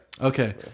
Okay